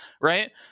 right